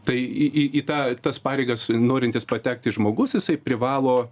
tai į į į tą tas pareigas norintis patekti žmogus jisai privalo